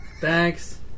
Thanks